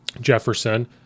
Jefferson